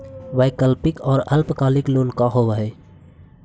वैकल्पिक और अल्पकालिक लोन का होव हइ?